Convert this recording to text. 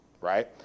right